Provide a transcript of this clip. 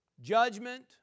judgment